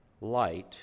light